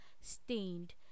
stained